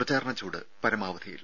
പ്രചാരണച്ചൂട് പരമാവധിയിൽ